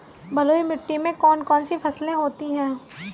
बलुई मिट्टी में कौन कौन सी फसलें होती हैं?